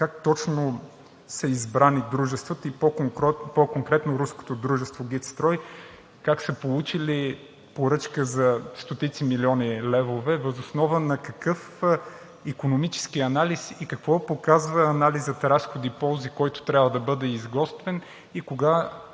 как точно са избрани дружествата и по-конкретно руското дружество „ГИТ Строй“, как са получили поръчка за стотици милиони левове? Въз основа на какъв икономически анализ и какво показва анализът „разходи – ползи“, който трябва да бъде изготвен, и кога